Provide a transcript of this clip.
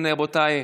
אם כן רבותיי,